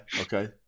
Okay